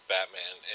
Batman